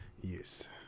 yes